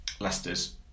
Leicester's